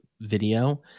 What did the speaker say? video